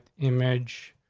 image.